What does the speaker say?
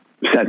set